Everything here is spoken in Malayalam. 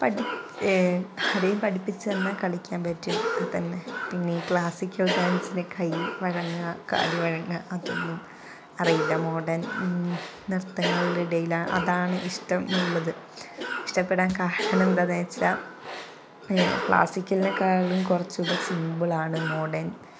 ആരെങ്കിലും പഠിപ്പിച്ചു തന്നാൽ കളിക്കാൻ പറ്റും അത് തന്നെ പിന്നെ ഈ ക്ലാസിക്കൽ ഡാൻസിന് കൈ വഴങ്ങുക കാല് വഴങ്ങുക അതൊന്നും അറിയില്ല മോഡേൺ നൃത്തങ്ങളുടെ ഇടയിൽ ആ അതാണ് ഇഷ്ടമുള്ളത് ഇഷ്ടപ്പെടാൻ കാരണം എന്താണെന്നു വച്ചാൽ ക്ലാസിക്കലിനേക്കാളും കുറച്ചു കൂടെ സിമ്പിളാണ് മോഡേൺ